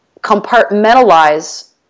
compartmentalize